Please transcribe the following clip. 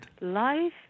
Life